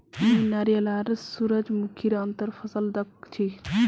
मुई नारियल आर सूरजमुखीर अंतर फसल दखल छी